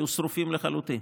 היו שרופים לחלוטין.